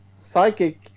psychic